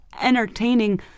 entertaining